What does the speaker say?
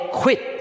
quit